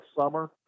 summer